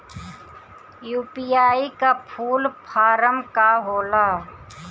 UPI का full form का होला?